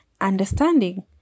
understanding